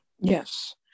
yes